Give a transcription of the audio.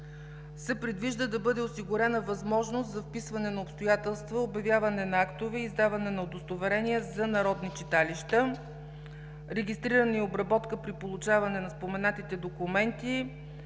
предвижда да бъде осигурена възможност за вписване на обстоятелства, обявяване на актове и издаване на удостоверения за народни читалища, регистриране и обработка по получаване на споменатите документи,